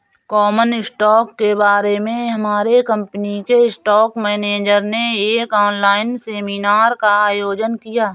common stock के बारे में हमारे कंपनी के स्टॉक मेनेजर ने एक ऑनलाइन सेमीनार का आयोजन किया